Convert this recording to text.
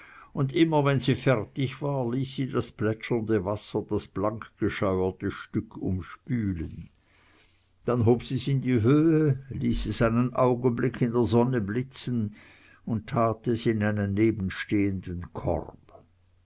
und immer wenn sie fertig war ließ sie das plätschernde wasser das blankgescheuerte stück umspülen dann hob sie's in die höh ließ es einen augenblick in der sonne blitzen und tat es in einen nebenstehenden korb